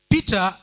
Peter